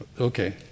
Okay